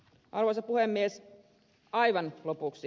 arvoisa puhemies aivan lopuksi